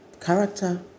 character